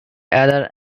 either